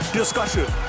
discussion